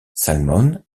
salmon